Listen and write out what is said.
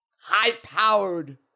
high-powered